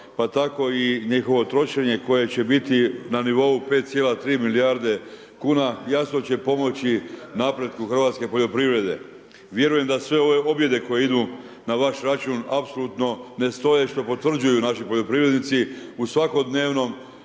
pa tako i njihovo trošenje koje će biti na nivou 5,3 milijarde kuna, jasno će pomoći napretku hrvatske poljoprivrede. Vjerujem da sve ove objede koje idu na vaš račun, apsolutno ne stoje, što potvrđuju naši poljoprivrednici u svakodnevnom